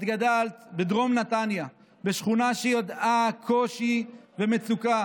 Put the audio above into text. את גדלת בדרום נתניה, בשכונה שידעה קושי ומצוקה,